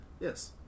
yes